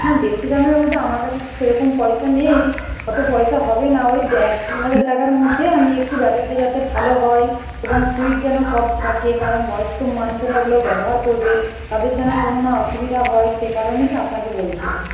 না বেশি দামের মধ্যে আমার কাছে তো সেরকম পয়সা নেই অতো পয়সা হবে না ওই এক দেড় হাজার টাকার মধ্যে আমি একটু ব্যাটারিটা যাতে ভালো হয় এবং সুইচ যেন সব থাকে কারণ বয়স্ক মানুষেরা ওগুলো ব্যবহার করবে তাদের যেন কোনো না অসুবিধা হয় সেই কারণেই আপনাকে বলছিলাম